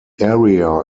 area